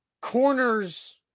Corners